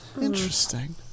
Interesting